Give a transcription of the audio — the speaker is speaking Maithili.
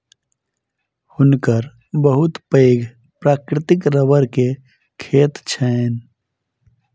हुनकर बहुत पैघ प्राकृतिक रबड़ के खेत छैन